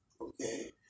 okay